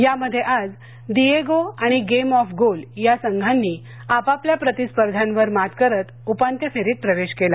यामध्ये आज दिजी आणि गेम ऑफ गोल या संघांनी आपापल्या प्रतिस्पर्ध्यांवर मात करत उपांत्य फेरीत प्रवेश केला